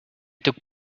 took